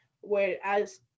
Whereas